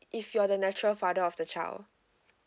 if you're the natural father of the child